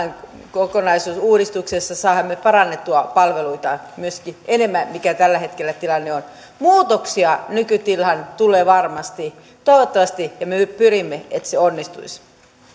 kokonaisuudistuksessa on saada parannettua palveluita myöskin enemmän kuin tällä hetkellä tilanne on muutoksia nykytilaan tulee varmasti toivottavasti ja me pyrimme siihen että se onnistuisi